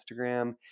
Instagram